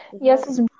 Yes